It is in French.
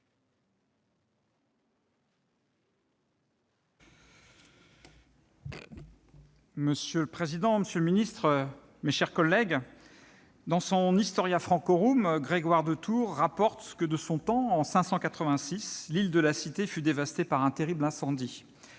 Monsieur le président, monsieur le ministre, mes chers collègues, dans son, Grégoire de Tours rapporte que de son temps, en 586, l'île de la Cité fut dévastée par un terrible incendie.